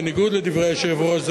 בניגוד לדברי היושב-ראש,